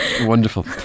wonderful